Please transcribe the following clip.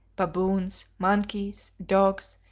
baboons, monkeys, dogs,